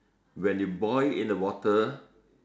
when you boil in the water